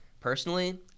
Personally